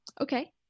Okay